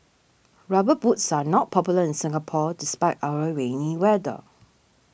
rubber boots are not popular in Singapore despite our rainy weather